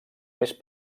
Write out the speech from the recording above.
més